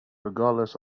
regardless